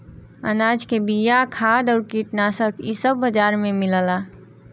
अनाज के बिया, खाद आउर कीटनाशक इ सब बाजार में मिलला